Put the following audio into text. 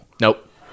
Nope